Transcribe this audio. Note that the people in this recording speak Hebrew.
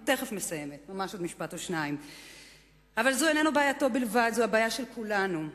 אבל זו איננה בעייתו בלבד, זו הבעיה של כולנו.